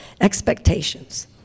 Expectations